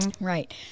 right